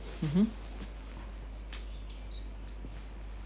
mmhmm